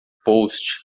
post